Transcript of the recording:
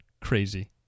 crazy